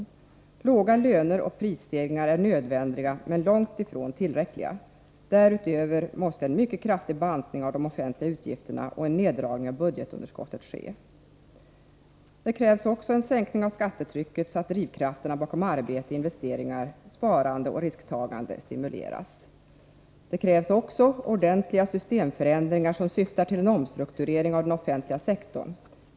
Åtgärder som syftar till låg löneoch prisstegringstakt är nödvändiga, men långt ifrån tillräckliga. Därutöver måste en mycket kraftig bantning av de offentliga utgifterna och en neddragning av budgetunderskottet ske. Dessutom krävs en sänkning av skattetrycket, så att drivkrafterna bakom arbete, investeringar, sparande och risktagande stimuleras. Det krävs också ordentliga systemförändringar, som syftar till en omstrukturering av den offentliga sektorn.